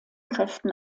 kräften